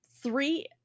three